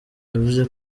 yavuze